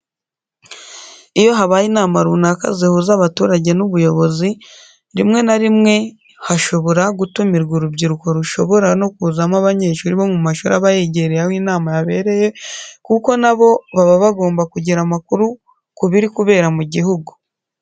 Iyo habaye inama runaka zihuza abaturage n'ubuyobozi rimwe na rimwe hashobora gutumirwamo urubyiruko rushobora no kuzamo abanyeshuri bo mu mashuri aba yegereye aho inama yabereye kuko na bo baba bagomba kugira amakuru ku biri kubera mu gihugu.